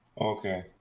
Okay